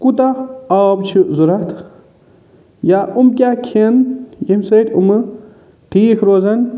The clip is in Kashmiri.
کوٗتاہ آب چھِ ضوٚرَتھ یا یِم کیٛاہ کھیٚن ییٚمہِ سۭتۍ یِمہٕ ٹھیٖک روزان